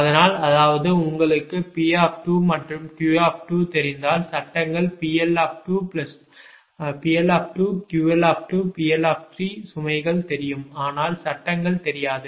அதனால் அதாவது உங்களுக்கு P மற்றும் Q தெரிந்தால் சட்டங்கள் PL2QL2 PL சுமைகள் தெரியும் ஆனால் சட்டங்கள் தெரியாது